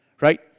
Right